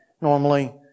Normally